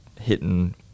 hitting